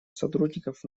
сотрудников